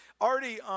already